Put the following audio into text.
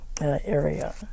area